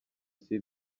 sud